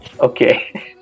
Okay